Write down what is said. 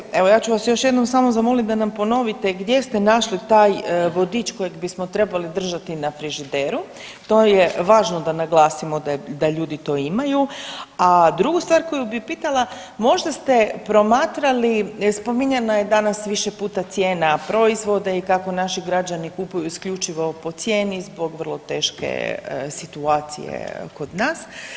Kolegice, evo ja ću vas još jednom samo zamoliti da nam ponovite, gdje ste našli taj vodič kojeg bismo trebali držati na frižideru, to je važno da naglasimo da ljudi to imaju, a drugu stvar koju bi pitala, možda ste promatrali, spominjana je danas više puta cijena proizvoda i kako naši građani kupuju isključivo po cijeni zbog vrlo teške situacije kod nas.